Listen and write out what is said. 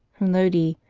from lodi,